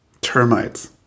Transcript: Termites